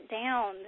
down